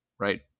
Right